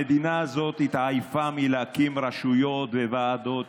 המדינה הזאת התעייפה מלהקים רשויות וועדות.